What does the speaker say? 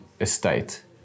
estate